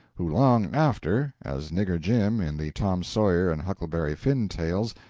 who long after, as nigger jim in the tom sawyer and huckleberry finn tales,